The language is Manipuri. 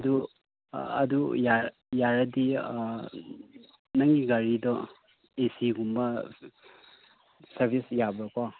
ꯑꯗꯨ ꯑꯗꯨ ꯌꯥꯔꯗꯤ ꯅꯪꯒꯤ ꯒꯥꯔꯤꯗꯣ ꯑꯁꯤꯒꯨꯝꯕ ꯁꯥꯔꯕꯤꯁ ꯌꯥꯕ꯭ꯔꯥꯀꯣ